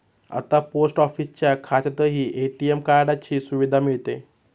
आता पोस्ट ऑफिसच्या खात्यातही ए.टी.एम कार्डाची सुविधा मिळते